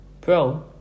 Pro